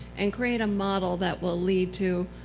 and create a model that will lead to